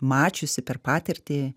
mačiusi per patirtį